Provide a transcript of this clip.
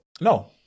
No